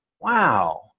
Wow